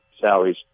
Salaries